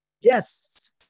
Yes